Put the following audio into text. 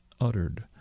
uttered